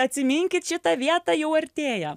atsiminkit šitą vietą jau artėja